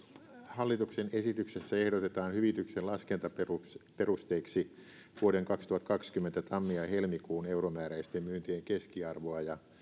hallituksen esityksessä ehdotetaan hyvityksen laskentaperusteiksi vuoden kaksituhattakaksikymmentä tammi ja helmikuun euromääräisten myyntien keskiarvoa ja